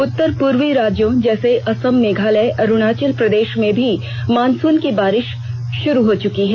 उत्तर पूर्वी राज्यों जैसे असम मेघालय अरूणाचल प्रदेश में भी मानसून की बारिश शुरू हो चुकी है